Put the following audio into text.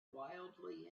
wildly